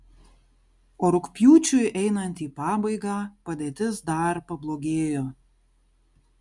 o rugpjūčiui einant į pabaigą padėtis dar pablogėjo